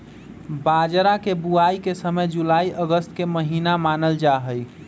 बाजरा के बुवाई के समय जुलाई अगस्त के महीना मानल जाहई